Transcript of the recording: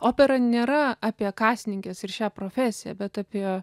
opera nėra apie kasininkes ir šią profesiją bet apie